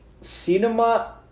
cinema